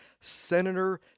Senator